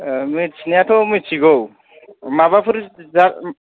मिथिनायाथ' मिथिगौ माबाफोर जा